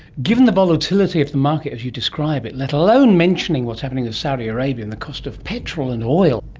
given the volatility of the market as you describe it, let alone mentioning what's happening with saudi arabia and the cost of petrol and oil,